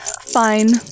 Fine